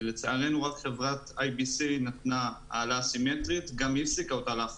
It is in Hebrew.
לצערנו רק חברת IBC נתנה העלאה סימטרית ולאחרונה גם היא הפסיקה אותה,